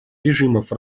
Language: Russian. режимов